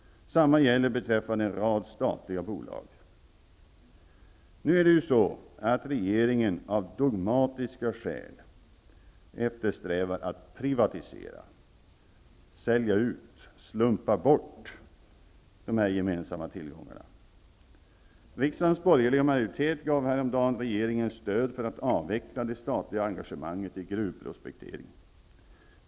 Detsamma gäller en rad statliga bolag. Av dogmatiska skäl eftersträvar regeringen nu att privatisera och sälja ut, slumpa bort, dessa gemensamma tillgångar. Riksdagens borgerliga majoritet gav häromdagen regeringen stöd för att avveckla det statliga engagemanget i gruvprospektering.